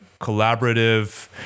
collaborative